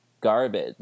garbage